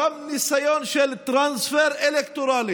גם ניסיון של טרנספר אלקטורלי.